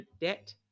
debt